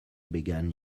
began